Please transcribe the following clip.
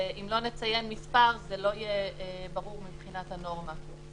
ואם לא נציין מס' זה לא יהיה ברור מבחינת הנורמה.